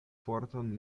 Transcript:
fortan